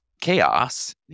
chaos